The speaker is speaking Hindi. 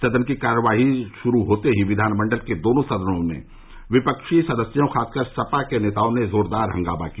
सदन की कार्यवाही श्रू होते ही विधानमंडल के दोनों सदनों में विपक्षी सदस्यों खासकर सपा के नेताओं ने जोरदार हंगामा किया